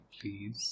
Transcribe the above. please